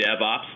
DevOps